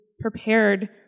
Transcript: prepared